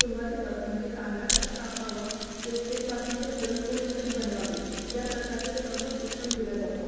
सुरवातीपासून म्हणजे कांदा कसा कापावा ते ते पासून ते पुरणपोळी कशी बनवावी याप्रकारचे सर्व शिक्षण दिलं जातं